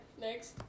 Next